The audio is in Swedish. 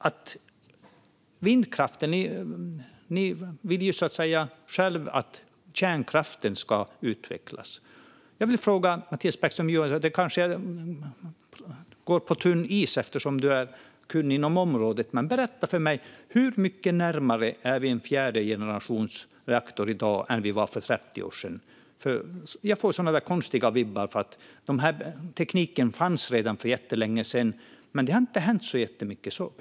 Ni vill att kärnkraften ska utvecklas. Jag vill fråga dig en sak, Mattias Bäckström Johansson. Jag kanske går på tunn is eftersom du är kunnig inom området, men berätta för mig! Hur mycket närmare är vi en fjärde generationens reaktor i dag än vi var för 30 år sedan? Jag får sådana konstiga vibbar. Tekniken fanns redan för jättelänge sedan, men det har inte hänt så mycket.